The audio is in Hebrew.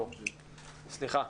תודה.